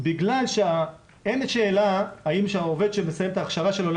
בגלל שאין שאלה האם כשהעובד שמסיים את ההכשרה שלו,